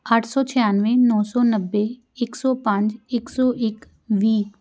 ਅੱਠ ਸੌ ਛਿਆਨਵੇਂ ਨੌ ਸੌ ਨੱਬੇ ਇੱਕ ਸੌ ਪੰਜ ਇੱਕ ਸੌ ਇੱਕ ਵੀਹ